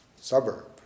suburb